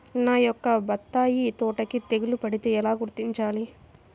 నా యొక్క బత్తాయి తోటకి తెగులు పడితే ఎలా గుర్తించాలి?